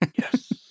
Yes